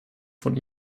von